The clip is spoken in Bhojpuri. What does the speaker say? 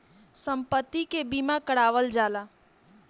सम्पति के बीमा करावल जाला